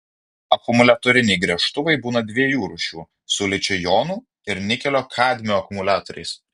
akumuliatoriniai gręžtuvai būna dviejų rūšių su ličio jonų ir nikelio kadmio akumuliatoriais